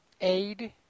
aid